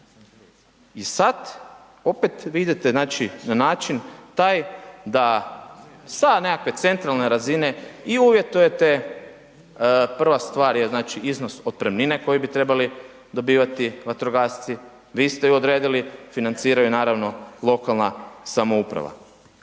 I sad opet vi idete znači na način taj da sa ove nekakve centralne razine i uvjetujete, prva stvar je znači iznos otpremnine koju bi trebali dobivati vatrogasci, vi ste ju odredili, financiraju naravno lokalna samouprava.